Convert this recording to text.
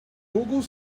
google